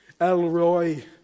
Elroy